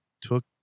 took